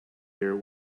ear